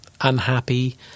unhappy